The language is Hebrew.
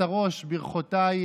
להתווכח אחד עם